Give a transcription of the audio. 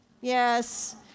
Yes